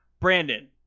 Brandon